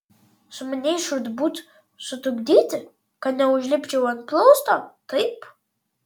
sumanei žūtbūt sutrukdyti kad neužlipčiau ant plausto taip